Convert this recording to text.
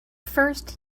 first